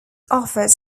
offered